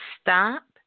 Stop